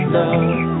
love